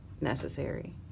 necessary